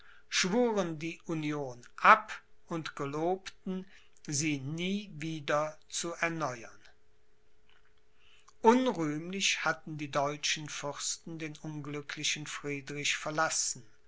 schwuren die union ab und gelobten sie nie wieder zu erneuern unrühmlich hatten die deutschen fürsten den unglücklichen friedrich verlassen